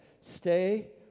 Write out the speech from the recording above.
Stay